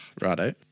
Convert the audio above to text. Righto